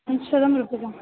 पञ्चशतं रूप्यकम्